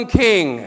king